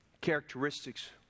characteristics